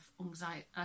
anxiety